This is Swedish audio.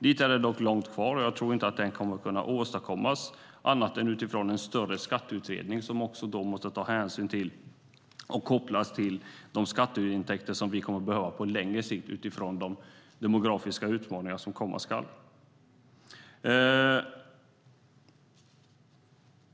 Dit är det dock långt kvar, och jag tror inte att det kommer att kunna åstadkommas annat än utifrån en större skatteutredning som också måste ta hänsyn till och kopplas till de skatteintäkter som vi kommer att behöva på längre sikt utifrån de demografiska utmaningar som komma skall.